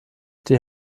die